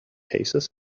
paces